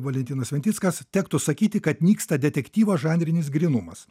valentinas sventickas tektų sakyti kad nyksta detektyvo žanrinis grynumas